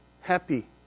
happy